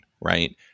right